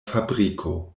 fabriko